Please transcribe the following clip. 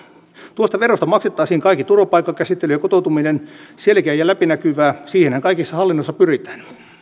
tuosta verosta maksettaisiin kaikki turvapaikkakäsittely ja kotoutuminen selkeää ja läpinäkyvää siihenhän kaikessa hallinnossa pyritään